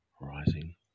rising